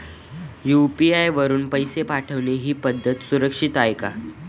UPI वापरून पैसे पाठवणे ही पद्धत सुरक्षित आहे का?